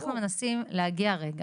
אנחנו מנסים להגיע רגע,